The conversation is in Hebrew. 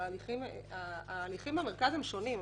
ההליכים במרכז הם שונים,